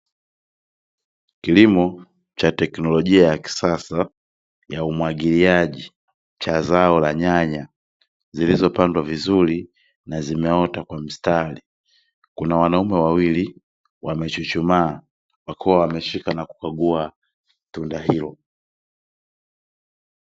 Kilimo cha teknolojia ya kisasa ya umwagiliaji cha zao la nyanya zilizopandwa vizuri na zimeota kwa mstari. Kuna wanaume wawili wamechuchumaa wakiwa wameshika na kukagua tunda hilo.